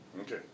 Okay